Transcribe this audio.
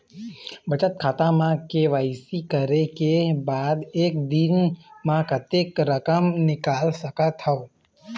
बचत खाता म के.वाई.सी करे के बाद म एक दिन म कतेक रकम निकाल सकत हव?